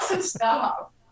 stop